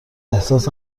احساس